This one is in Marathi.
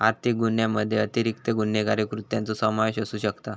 आर्थिक गुन्ह्यामध्ये अतिरिक्त गुन्हेगारी कृत्यांचो समावेश असू शकता